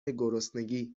گرسنگی